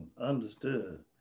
Understood